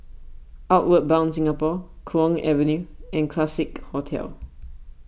Outward Bound Singapore Kwong Avenue and Classique Hotel